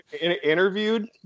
interviewed